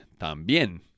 también